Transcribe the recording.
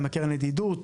עם הקרן לידידות,